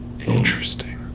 Interesting